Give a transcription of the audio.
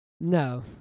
No